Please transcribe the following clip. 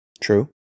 True